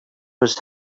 was